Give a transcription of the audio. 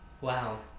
Wow